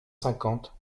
cinquante